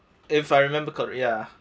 if I remember corr~ ya